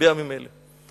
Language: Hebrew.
בימים אלה,